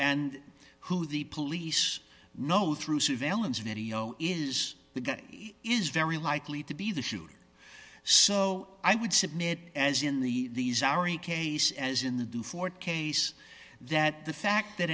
and who the police know through surveillance video is the guy is very likely to be the shooter so i would submit as in the shower a case as in the do for case that the fact that